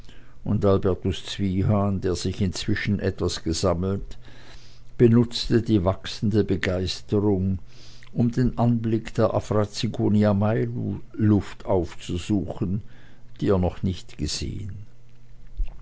und albertus zwiehan der sich inzwischen etwas gesammelt benutzte die wachsende begeisterung um den anblick der afra zigonia mayluft aufzusuchen die er noch nicht gesehen